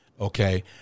Okay